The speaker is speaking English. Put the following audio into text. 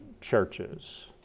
churches